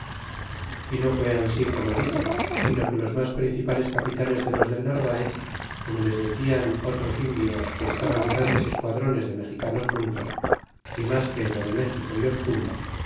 y no fué ansi como dice sino que los mas principales capitanes de los del narvaez como les decian et os indios que estaban grandes esquadror es dd mexicanos juntos y mas que en lo de méxico y obtumba